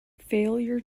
failure